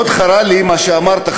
מאוד חרה לי מה שאמרת,